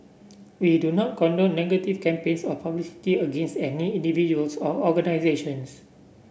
we do not condone negative campaigns or publicity against any individuals or organisations